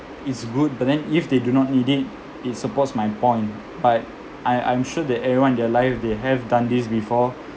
it's good but then if they do not need it it supports my point like I I'm sure that everyone in their life they have done this before